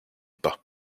pas